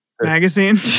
magazine